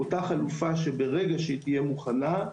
וברגע שאותה חלופה תהיה מוכנה,